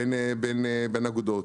בין אגודות.